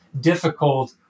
difficult